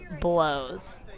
blows